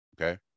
okay